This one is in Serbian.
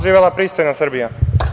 Živela pristojna Srbija.